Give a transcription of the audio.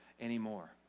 anymore